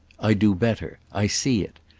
i do better. i see it.